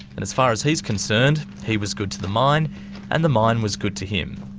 and as far as he's concerned, he was good to the mine and the mine was good to him.